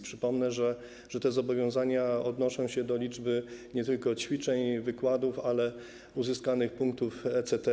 Przypomnę, że te zobowiązania odnoszą się do liczby nie tylko ćwiczeń i wykładów, ale uzyskanych punktów ECTS.